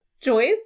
Joyce